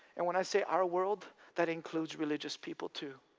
and when i say our world, that includes religious people too.